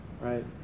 Right